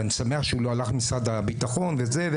ואני שמח שהוא לא הלך למשרד הביטחון וזה.